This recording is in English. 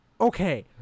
okay